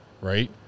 right